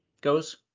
goes